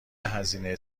هزینه